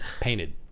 painted